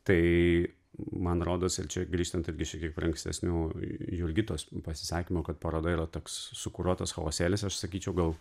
tai man rodos ir čia grįžtant irgi šiek tiek ankstesnių jurgitos pasisakymo kad paroda yra toks sukuruotas chosėlis aš sakyčiau gal